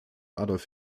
adolf